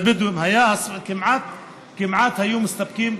הבדואים כמעט היו מסתפקים,